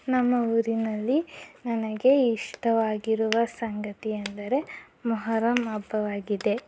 ನಮ್ಮ ಊರಿನಲ್ಲಿ ನನಗೆ ಇಷ್ಟವಾಗಿರುವ ಸಂಗತಿ ಎಂದರೆ ಮೊಹರಮ್ ಹಬ್ಬವಾಗಿದೆ